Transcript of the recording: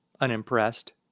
unimpressed